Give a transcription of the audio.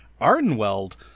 Ardenweld